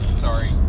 sorry